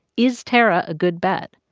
is tarra a good bet,